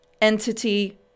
Entity